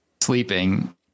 sleeping